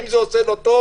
אם זה עושה לו טוב,